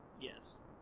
Yes